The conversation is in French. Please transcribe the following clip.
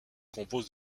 compose